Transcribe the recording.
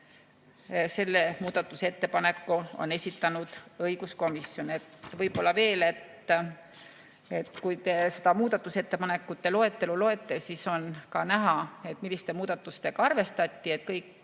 Selle muudatusettepaneku on esitanud õiguskomisjon. Kui te seda muudatusettepanekute loetelu loete, siis on ka näha, milliste muudatustega arvestati. Kõigi